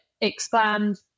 expand